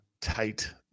tight